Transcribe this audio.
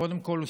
קודם כול,